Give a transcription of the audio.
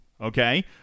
okay